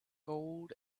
gold